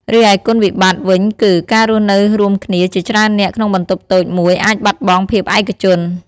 រីឯគុណវិបត្តិវិញគឺ ការរស់នៅរួមគ្នាជាច្រើននាក់ក្នុងបន្ទប់តូចមួយអាចបាត់បង់ភាពឯកជន ។